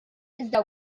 iżda